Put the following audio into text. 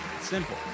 Simple